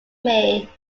may